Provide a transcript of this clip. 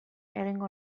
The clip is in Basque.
egingo